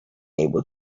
able